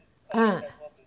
ah